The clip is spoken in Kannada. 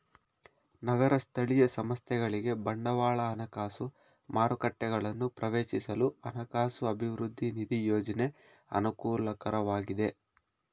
ನಗರ ಸ್ಥಳೀಯ ಸಂಸ್ಥೆಗಳಿಗೆ ಬಂಡವಾಳ ಹಣಕಾಸು ಮಾರುಕಟ್ಟೆಗಳನ್ನು ಪ್ರವೇಶಿಸಲು ಹಣಕಾಸು ಅಭಿವೃದ್ಧಿ ನಿಧಿ ಯೋಜ್ನ ಅನುಕೂಲಕರವಾಗಿದೆ